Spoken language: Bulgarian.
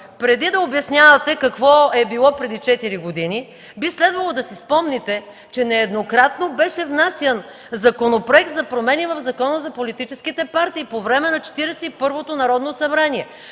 преди да обяснявате какво е било преди четири години, би следвало да си спомните, че нееднократно беше внасян Законопроект за промени в Закона за политическите партии по време на Четиридесет